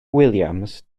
williams